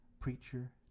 preacher